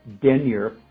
denier